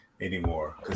anymore